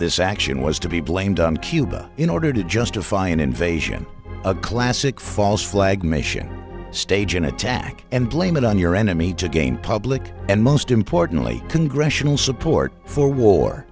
this action was to be blamed on cuba in order to justify an invasion a classic false flag mission stage an attack and blame it on your enemy to gain public and most importantly congressional support for war